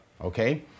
Okay